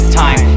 time